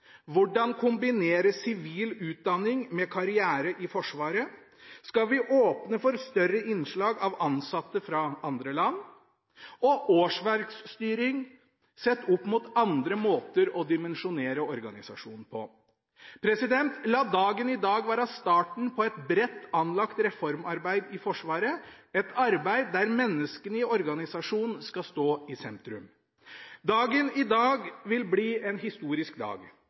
Hvordan kombinere sivil utdanning med en karriere i Forsvaret? Skal vi åpne for større innslag av ansatte fra andre land? Årsverksstyring sett opp mot andre måter å dimensjonere organisasjonen på. La dagen i dag være starten på et bredt anlagt reformarbeid i Forsvaret – et arbeid der menneskene i organisasjonen skal stå i sentrum. Dagen i dag vil bli en historisk dag.